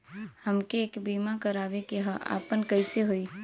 हमके एक बीमा करावे के ह आपन कईसे होई?